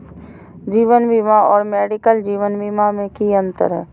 जीवन बीमा और मेडिकल जीवन बीमा में की अंतर है?